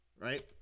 right